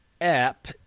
app